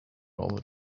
normal